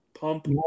pump